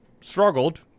struggled